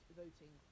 voting